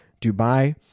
dubai